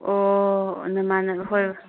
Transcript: ꯑꯣ ꯅꯃꯥꯟꯅꯕ ꯍꯣꯏ